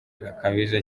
gakabije